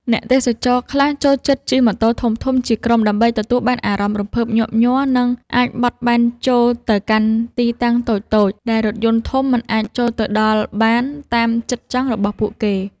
អ្នកទេសចរខ្លះចូលចិត្តជិះម៉ូតូធំៗជាក្រុមដើម្បីទទួលបានអារម្មណ៍រំភើបញាប់ញ័រ និង អាចបត់បែនចូលទៅកាន់ទីតាំងតូចៗដែលរថយន្តធំមិនអាចចូលទៅដល់បានតាមចិត្តចង់របស់ពួកគេ។